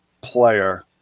player